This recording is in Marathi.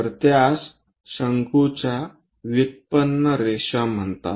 तर त्यास शंकूच्या व्युत्पन्न रेषा म्हणतात